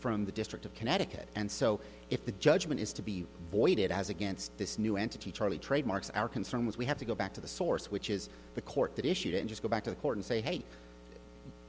from the district of connecticut and so if the judgment is to be voided as against this new entity charlie trademarks our concern was we have to go back to the source which is the court that issued it just go back to the court and say hey